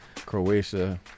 Croatia